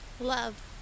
Love